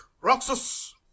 Roxas